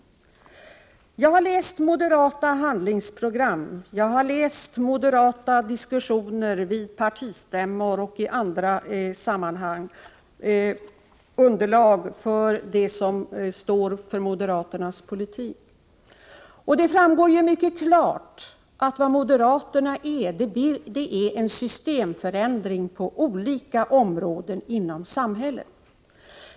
Jag har läst moderata handlingsprogam, referat av moderata diskussioner vid partistämmor och i andra sammanhang samt underlag för moderaternas politik. Det framgår mycket klart att moderaterna vill åstadkomma en systemförändring på olika områden i samhället.